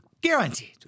Guaranteed